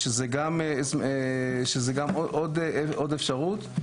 שזאת עוד אפשרות.